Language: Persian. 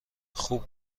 خوب